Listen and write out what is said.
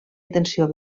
atenció